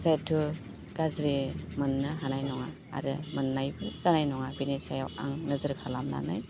जेथु गाज्रि मोन्नो हानाय नाङा आरो मोनन्नायबो जानाय नङा बेनि सायाव आं नोजोर खालामनानै